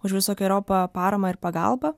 už visokeriopą paramą ir pagalbą